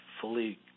fully